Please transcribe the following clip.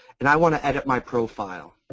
and i want to edit my profile.